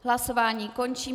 Hlasování končím.